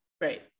Right